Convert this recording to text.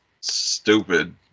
stupid